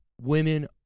Women